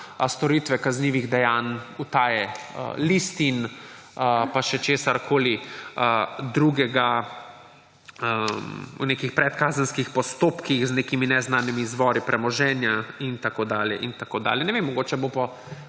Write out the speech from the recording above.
storitve kaznivih dejanj utaje listin, pa še česarkoli drugega, v nekih predkazenskih postopkih z nekimi neznanimi izvori premoženja in tako dalje in tako dalje. Ne vem, mogoče bomo